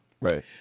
Right